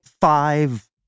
five